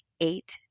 eight